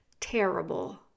terrible